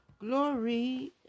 glory